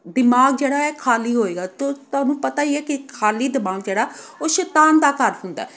ਦਿਮਾਗ ਜਿਹੜਾ ਹੈ ਖਾਲੀ ਹੋਵੇਗਾ ਅਤੇ ਤੁਹਾਨੂੰ ਪਤਾ ਹੀ ਹੈ ਕਿ ਖਾਲੀ ਦਿਮਾਗ ਜਿਹੜਾ ਉਹ ਸ਼ੈਤਾਨ ਦਾ ਘਰ ਹੁੰਦਾ